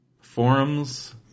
Forums